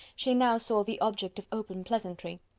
she now saw the object of open pleasantry.